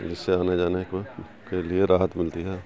جس سے آنے جانے کو کے لیے راحت ملتی ہے